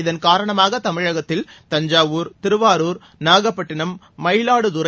இதன் காரணமாக தமிழகத்தில் தஞ்சாவூர் திருவாரூர் நாகப்பட்டினம் மயிலாடுதுறை